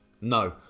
No